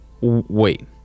Wait